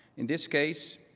in this case,